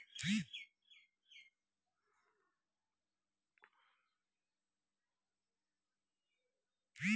user ID आ I PIN दए login करु